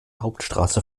hauptstraße